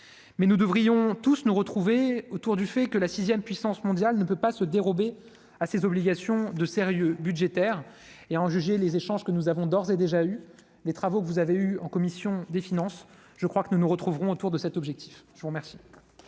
Mais nous devrions tous nous retrouver autour du fait que la 6ème puissance mondiale ne peut pas se dérober à ses obligations de sérieux budgétaire et à en juger les échanges que nous avons d'ores et déjà eu des travaux que vous avez eu en commission des finances, je crois que nous nous retrouverons autour de cet objectif, je vous remercie.